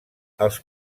els